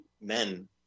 men